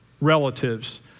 relatives